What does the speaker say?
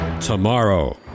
tomorrow